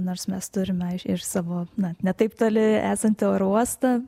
nors mes turime ir savo na ne taip toli esantį oro uostą